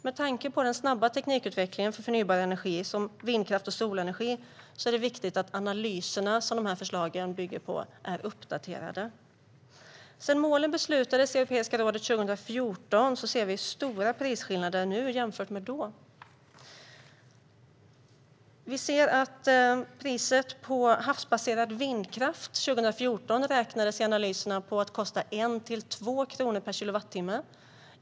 Med tanke på den snabba teknikutvecklingen för förnybar energi, som vindkraft och solenergi, är det viktigt att analyserna som förslagen bygger på är uppdaterade. Sedan målen beslutades i Europeiska rådet 2014 har det skett stora prisförändringar. Priset på havsbaserad vindkraft 2014 beräknades i analyserna vara 1-2 kronor per kilowattimme.